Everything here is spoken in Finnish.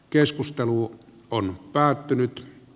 keskustelu on päättynyt